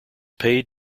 paid